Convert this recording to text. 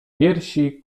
piersi